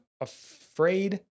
afraid